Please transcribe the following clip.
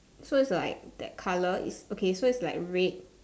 so it's like that colour it's okay so it's like red